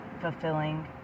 fulfilling